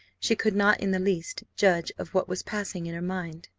she could not in the least judge of what was passing in her mind.